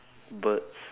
birds